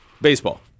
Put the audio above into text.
Baseball